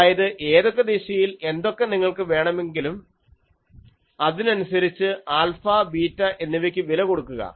അതായത് ഏതൊക്കെ ദിശയിൽ എന്തൊക്കെ നിങ്ങൾക്ക് വേണമെങ്കിലും അതിനനുസരിച്ച് ആൽഫ ബീറ്റ എന്നിവയ്ക്ക് വില കൊടുക്കുക